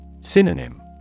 Synonym